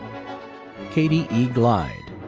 katie e. glide.